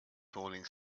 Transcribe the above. falling